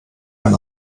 ein